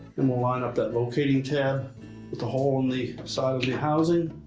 and we'll line up that locating tab with the hole on the side of the housing.